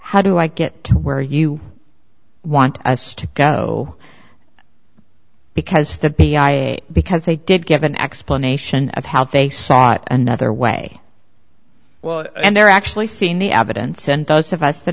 how do i get to where you want to go because the because they did give an explanation of how they saw it another way well and they're actually seeing the evidence and those of us that